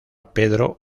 pedro